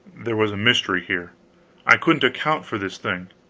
there was a mystery here i couldn't account for this thing.